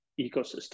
ecosystem